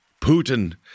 putin